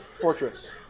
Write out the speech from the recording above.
fortress